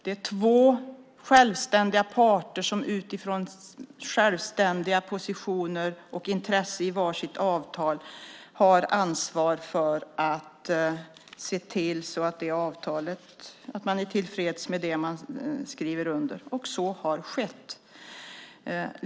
Det är två självständiga parter som utifrån självständiga positioner och intressen i var sitt avtal har ansvar för att se till att man är tillfreds med det man skriver under i avtalet. Så har skett.